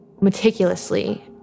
meticulously